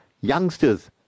youngsters